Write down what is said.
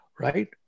right